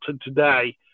today